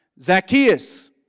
Zacchaeus